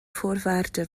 voorwaarde